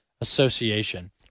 Association